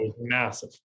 massive